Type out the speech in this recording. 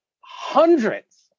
hundreds